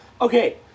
Okay